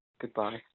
Goodbye